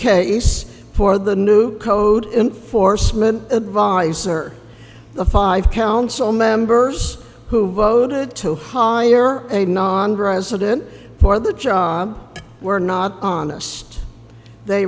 case for the new code enforcement advice or the five council members who voted to hire a non grad student for the job were not honest they